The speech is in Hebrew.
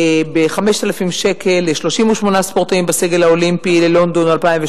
ב-5,000 שקל ל-38 ספורטאים בסגל האולימפי ללונדון 2012,